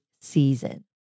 season